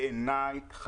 בעיניי,